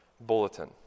Bulletin